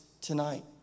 tonight